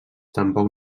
tampoc